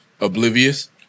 Oblivious